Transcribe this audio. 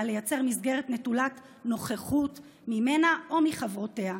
לייצר מסגרת נטולת נוכחות ממנה או מחברותיה,